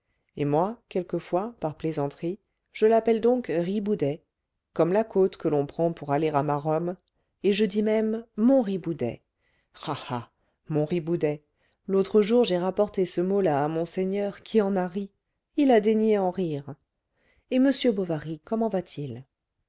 et moi quelquefois par plaisanterie je l'appelle donc riboudet comme la côte que l'on prend pour aller à maromme et je dis même mon riboudet ah ah mont riboudet l'autre jour j'ai rapporté ce mot-là à monseigneur qui en a ri il a daigné en rire et m bovary comment va-t-il